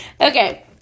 Okay